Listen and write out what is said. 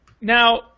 Now